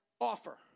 offer